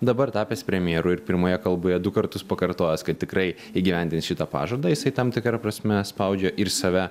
dabar tapęs premjeru ir pirmoje kalboje du kartus pakartojęs kad tikrai įgyvendins šitą pažadą jisai tam tikra prasme spaudžia ir save